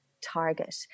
target